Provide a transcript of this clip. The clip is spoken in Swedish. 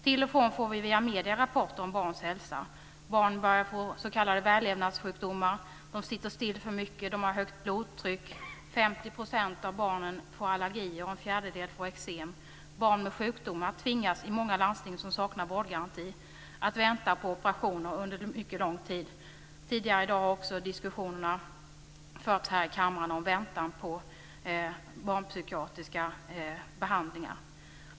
Till och från får vi via medierna rapporter om barns hälsa. Barn börjar få s.k. vällevnadssjukdomar. De sitter stilla för mycket, och de har högt blodtryck. 50 % av alla barnen drabbas av allergier, och en fjärdedel av barnen får eksem. Barn med sjukdomar tvingas i många landsting som saknar vårdgaranti att vänta på operation under mycket lång tid. Tidigare i dag har diskussioner också förts här i kammaren om väntan på barnpsykiatrisk behandling.